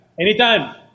anytime